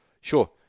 sure